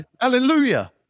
Hallelujah